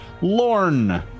Lorne